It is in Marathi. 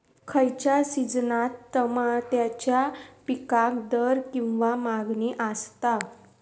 खयच्या सिजनात तमात्याच्या पीकाक दर किंवा मागणी आसता?